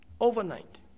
overnight